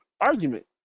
argument